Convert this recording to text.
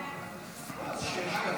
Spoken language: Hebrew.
הוא